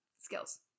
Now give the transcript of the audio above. skills